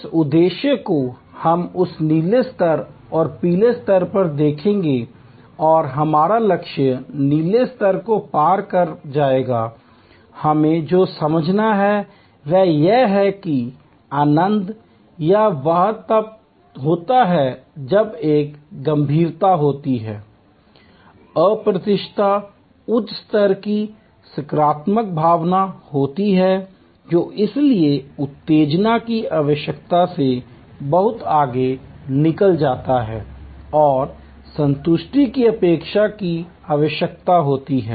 जिस उद्देश्य को हम उस नीले स्तर और पीले स्तर पर देखेंगे और हमारा लक्ष्य नीले स्तर को पार कर जाएगा हमें जो समझना है वह यह है कि आनंद या वाह तब होता है जब एक गंभीरता होती है अप्रत्याशित उच्च स्तर की सकारात्मक भावना होती है जो इसलिए उत्तेजना की आवश्यकता से बहुत आगे निकल जाता है और संतुष्टि की अपेक्षा की आवश्यकता होती है